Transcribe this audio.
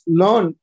learn